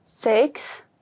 Six